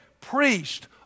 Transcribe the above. priest